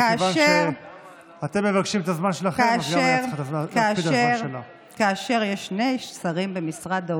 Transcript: אנחנו לא צריכים מכם אישור למה